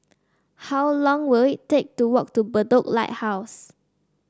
how long will it take to walk to Bedok Lighthouse